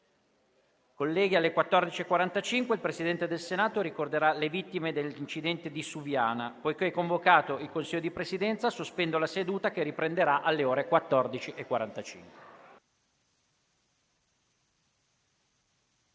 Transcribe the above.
Colleghi, alle ore 14,45 il Presidente del Senato ricorderà le vittime dell'incidente di Suviana. Poiché è convocato il Consiglio di Presidenza, sospendo la seduta, che riprenderà alle ore 14,45.